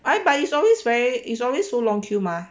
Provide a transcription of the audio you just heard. I but it's always very is always so long queue mah